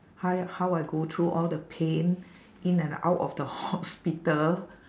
how how I go through all the pain in and out of the hospital